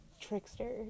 trickster